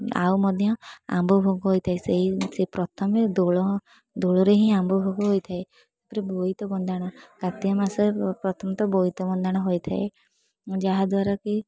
ଆଉ ମଧ୍ୟ ଆମ୍ବ ଭୋଗ ହେଇଥାଏ ସେଇ ସେ ପ୍ରଥମେ ଦୋଳ ଦୋଳରେ ହିଁ ଆମ୍ବ ଭୋଗ ହୋଇଥାଏ ତା'ପରେ ବୋଇତ ବନ୍ଦାଣ କାର୍ତ୍ତିକ ମାସରେ ପ୍ରଥମେ ତ ବୋଇତ ବନ୍ଦାଣ ହୋଇଥାଏ ଯାହାଦ୍ୱାରା କି